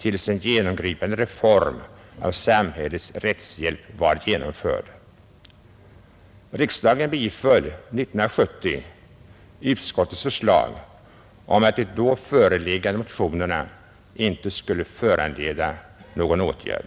tills en genomgripande reform av samhällets rättshjälp var genomförd. Riksdagen biföll år 1970 utskottets förslag om att de då föreliggande motionerna inte skulle föranleda någon åtgärd.